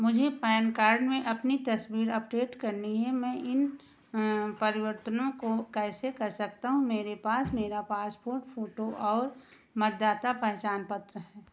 मुझे PAN card में अपनी तस्वीर अपडेट करनी है मैं इन परिवर्तनों को कैसे कर सकता हूँ मेरे पास मेरा पासपोर्ट फ़ोटो और मतदाता पहचान पत्र है